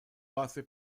base